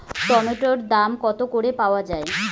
টমেটোর দাম কত করে পাওয়া যায়?